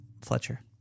Fletcher